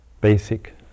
basic